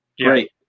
Great